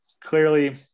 clearly